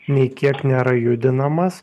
nei kiek nėra judinamas